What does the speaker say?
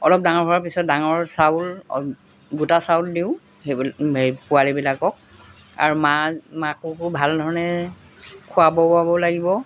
অলপ ডাঙৰ হোৱাৰ পিছত ডাঙৰ চাউল গোটা চাউল দিওঁ সেইবিলাক পোৱালিবিলাকক আৰু মা মাককো ভাল ধৰণে খুৱাব পোৱাব লাগিব